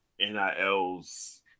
NILs